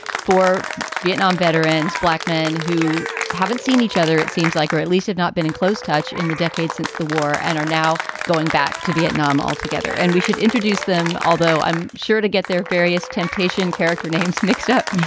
four vietnam veterans, black men who haven't seen each other, it seems like, or at least have not been in close touch in the decades since the war and are now going back to vietnam altogether. and we should introduce them, although i'm sure to get their various temptation character names mixed up.